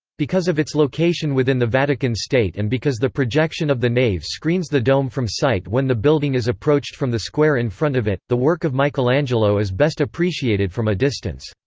because of its location within the vatican state and because the projection of the nave screens the dome from sight when the building is approached from the square in front of it, the work of michelangelo is best appreciated from a distance.